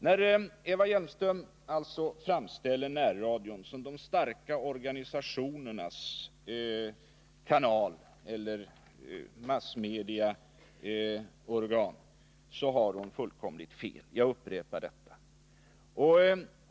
När Eva Hjelmström alltså framställer närradion som de starka organisationernas massmedieorgan har hon fullkomligt fel — jag upprepar detta.